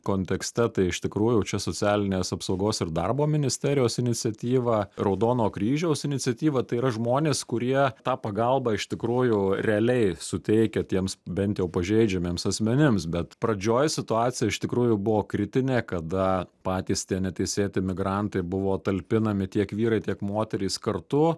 kontekste tai iš tikrųjų čia socialinės apsaugos ir darbo ministerijos iniciatyva raudono kryžiaus iniciatyva tai yra žmonės kurie tą pagalbą iš tikrųjų realiai suteikia tiems bent jau pažeidžiamiems asmenims bet pradžioj situacija iš tikrųjų buvo kritinė kada patys tie neteisėti migrantai buvo talpinami tiek vyrai tiek moterys kartu